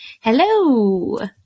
Hello